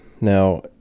Now